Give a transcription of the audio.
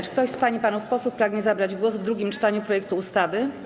Czy ktoś z pań i panów posłów pragnie zabrać głos w drugim czytaniu projektu ustawy?